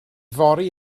fory